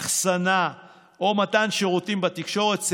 אחסנה או מתן שירותים בתקשורת,